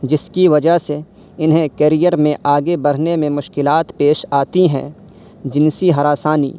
جس کی وجہ سے انہیں کیریئر میں آگے بڑھنے میں مشکلات پیش آتی ہیں جنسی ہراسانی